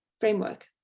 framework